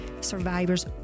survivors